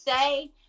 say